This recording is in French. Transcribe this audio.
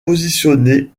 positionnée